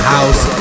House